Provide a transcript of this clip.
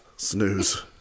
Snooze